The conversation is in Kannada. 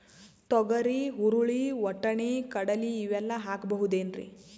ತೊಗರಿ, ಹುರಳಿ, ವಟ್ಟಣಿ, ಕಡಲಿ ಇವೆಲ್ಲಾ ಹಾಕಬಹುದೇನ್ರಿ?